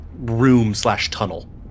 room-slash-tunnel